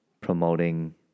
promoting